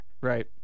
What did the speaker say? right